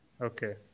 okay